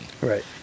Right